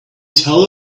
tell